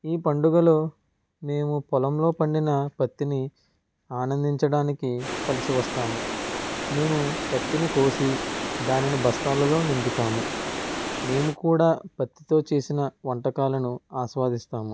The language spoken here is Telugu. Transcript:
ఈ పండుగలో మేము పొలంలో పండిన పత్తిని ఆనందించడానికి కలిసి వస్తాము మేము పత్తిని కోసి దానిని బస్తాలలో నింపుతాము మేము కూడా పత్తితో చేసిన వంటకాలను ఆస్వాదిస్తాము